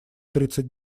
тридцать